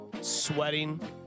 sweating